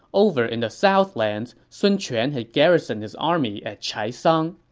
over in the southlands, sun quan had garrisoned his army at chaisang.